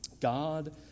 God